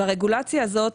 הרגולציה הזו,